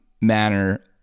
manner